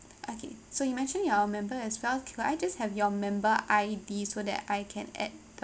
okay so you mentioned you are a member as well can I just have your member I_D so that I can add the